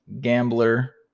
gambler